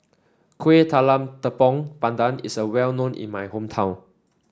Kueh Talam Tepong Pandan is well known in my hometown